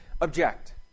object